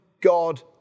God